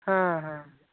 हां हां